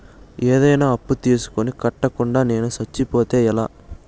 ఏదైనా అప్పు తీసుకొని కట్టకుండా నేను సచ్చిపోతే ఎలా